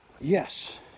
Yes